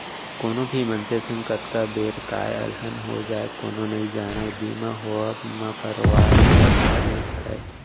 कोनो भी मनसे संग कतका बेर काय अलहन हो जाय कोनो नइ जानय बीमा होवब म परवार ल भार नइ पड़य